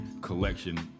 collection